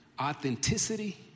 Authenticity